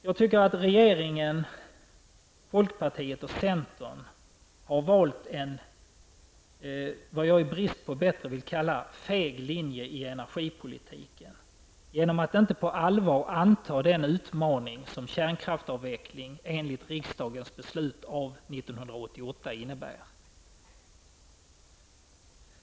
Jag tycker att regeringen, folkpartiet och centern har valt vad jag i brist på bättre kallar en feg linje i energipolitiken genom att inte på allvar anta den utmaning som kärnkraftsavvecklingen enligt riksdagens beslut av 1988 innebär.